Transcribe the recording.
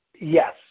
Yes